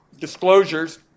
disclosures